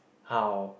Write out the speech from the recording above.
how